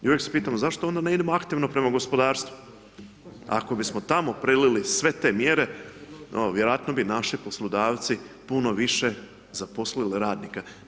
I uvijek se pitamo zašto onda ne idemo aktivno prema gospodarstvu ako bismo tamo prelili sve te mjere, vjerojatno bi naši poslodavci puno više zaposlili radnika.